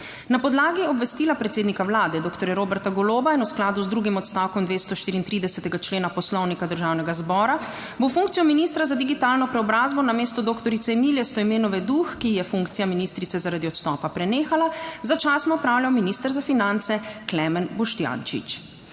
"Na podlagi obvestila predsednika Vlade, doktorja Roberta Goloba in v skladu z drugim odstavkom 234. člena Poslovnika Državnega zbora bo funkcijo ministra za digitalno preobrazbo na mesto doktorice Milje Stojmenove Duh, ki ji je funkcija ministrice zaradi odstopa prenehala, začasno opravljal minister za finance Klemen Boštjančič.